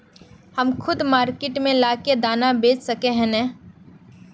हम खुद मार्केट में ला के दाना बेच सके है नय?